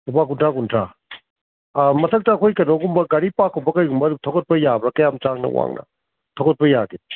ꯂꯨꯄꯥ ꯀꯨꯟꯊ꯭ꯔꯥ ꯀꯨꯟꯊ꯭ꯔꯥ ꯃꯊꯛꯇ ꯑꯩꯈꯣꯏ ꯀꯩꯅꯣꯒꯨꯝꯕ ꯒꯥꯔꯤ ꯄꯥꯔꯛꯀꯨꯝꯕ ꯀꯩꯒꯨꯝꯕ ꯑꯗꯨꯝ ꯊꯧꯒꯠꯄ ꯌꯥꯕ꯭ꯔꯥ ꯀꯌꯥꯝ ꯁꯥꯡꯅ ꯋꯥꯡꯅ ꯊꯧꯒꯠꯄ ꯌꯥꯒꯦ